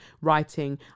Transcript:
writing